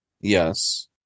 Yes